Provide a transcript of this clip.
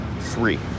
three